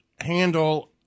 handle